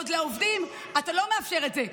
בעוד לעובדים אתה לא מאפשר את זה.